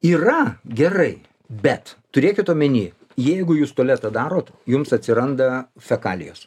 yra gerai bet turėkit omeny jeigu jūs tualetą darot jums atsiranda fekalijos